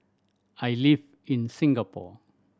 I live in Singapore